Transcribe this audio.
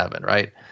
right